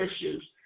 issues